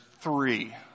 three